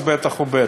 אז בטח ובטח.